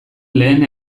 lehen